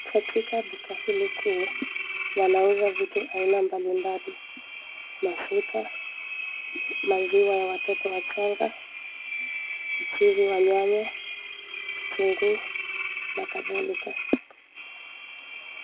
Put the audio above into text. Katika duka hili kuu, wanauza vitu aina mbali mbali mafuta, maziwa ya mtoto mchanga, mchuzi wa nyanya, vitunguu na kadhalika.